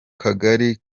kagari